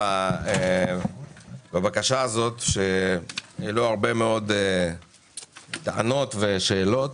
בבקשה הזאת שהעלו הרבה מאוד טענות ושאלות.